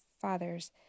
Father's